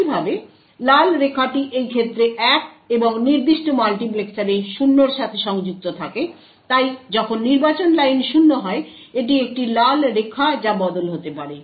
একইভাবে লাল রেখাটি এই ক্ষেত্রে 1 এবং এই নির্দিষ্ট মাল্টিপ্লেক্সারে 0 এর সাথে সংযুক্ত থাকে এবং তাই যখন নির্বাচন লাইন 0 হয় এটি একটি লাল রেখা যা বদল হতে পারে